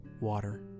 water